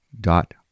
dot